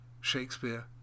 Shakespeare